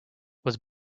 was